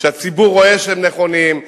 שהציבור רואה שהם נכונים,